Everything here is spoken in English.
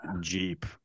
Jeep